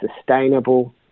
sustainable